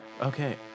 Okay